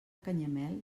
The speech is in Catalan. canyamel